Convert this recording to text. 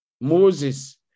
Moses